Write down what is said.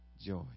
joy